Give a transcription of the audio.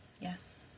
Yes